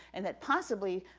and that, possibly,